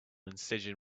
incision